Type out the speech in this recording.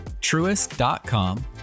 truest.com